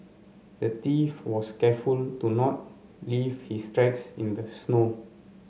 the thief was careful to not leave his tracks in the snow